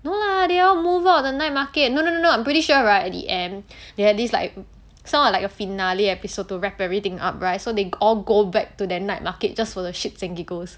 no lah they all move out of the night market no no no no I'm pretty sure right at the end they had this like sound like a finale episode to wrap everything up right so they all go back to that night market just for the shits and giggles